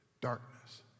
darkness